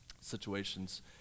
situations